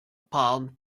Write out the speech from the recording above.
palm